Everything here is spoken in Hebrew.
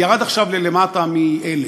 וירד עכשיו ללמטה מ-1,000.